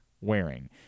wearing